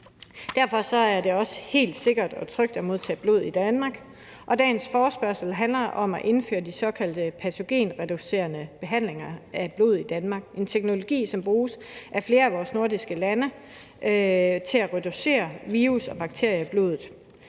Derfor er det også helt sikkert og trygt at modtage blod i Danmark. Dagens forespørgsel handler om at indføre de såkaldte patogenreducerende behandlinger af blod i Danmark – en teknologi, som bruges af flere af de nordiske lande til at reducere virus og bakterier i blodet.